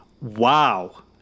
Wow